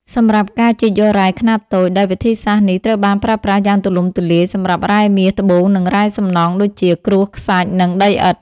សម្រាប់ការជីកយករ៉ែខ្នាតតូច ដែលវិធីសាស្ត្រនេះត្រូវបានប្រើប្រាស់យ៉ាងទូលំទូលាយសម្រាប់រ៉ែមាស ត្បូង និងរ៉ែសំណង់ដូចជា ក្រួស ខ្សាច់ និងដីឥដ្ឋ។